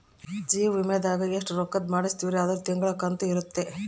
ಜೀವ ವಿಮೆದಾಗ ಎಸ್ಟ ರೊಕ್ಕಧ್ ಮಾಡ್ಸಿರ್ತಿವಿ ಅದುರ್ ತಿಂಗಳ ಕಂತು ಇರುತ್ತ